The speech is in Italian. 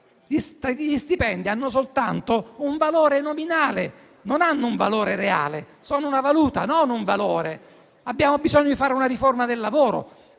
gli stipendi hanno soltanto un valore nominale, non hanno un valore reale: sono una valuta, non un valore; abbiamo bisogno di fare una riforma del lavoro;